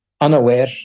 unaware